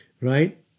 Right